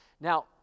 Now